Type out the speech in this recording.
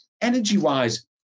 energy-wise